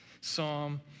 Psalm